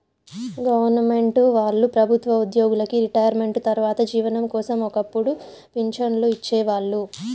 government వాళ్ళు ప్రభుత్వ ఉద్యోగులకి రిటైర్మెంటు తర్వాత జీవనం కోసం ఒక్కపుడు పింఛన్లు ఇచ్చేవాళ్ళు